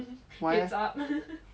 why eh